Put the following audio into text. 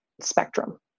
Spectrum